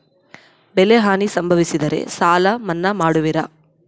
ಬೆಳೆಹಾನಿ ಸಂಭವಿಸಿದರೆ ಸಾಲ ಮನ್ನಾ ಮಾಡುವಿರ?